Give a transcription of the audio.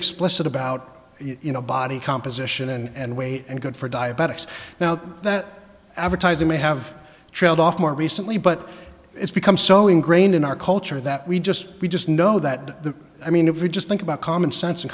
explicit about you know body composition and weight and good for diabetics now that advertising may have trailed off more recently but it's become so ingrained in our culture that we just we just know that the i mean if you just think about common sense and